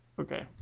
Okay